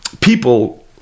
people